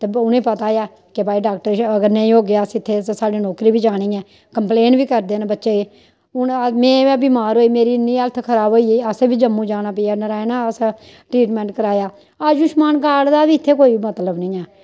तां उ'नेंगी पता ऐ कि भाई डाॅक्टर अगर निं होगे अस इत्थै ते साढ़ी नौकरी बी जानी कम्पलेन बी करदे न बच्चे हून में बिमार होई मेरी इन्नी हैल्थ खराब होई गेई असें बी जम्मू जाना पेआ नरायना असें ट्रीटमेंट करोआया आयुशमान कार्ड दा बी इत्थै कोई मतलब निं ऐ